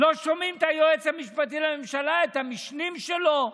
לא שומעים את היועץ המשפטי לממשלה, את המשנים שלו.